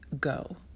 go